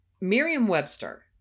Merriam-Webster